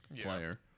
player